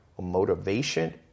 motivation